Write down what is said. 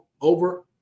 over